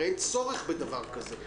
הרי אין צורך בדבר כזה.